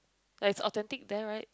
like is authentic there right